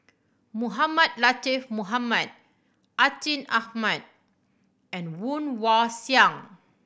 Mohamed Latiff Mohamed Atin Amat and Woon Wah Siang